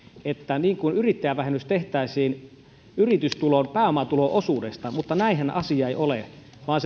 että yrittäjävähennys tehtäisiin yritystulon pääomatulo osuudesta mutta näinhän asia ei ole vaan